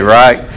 right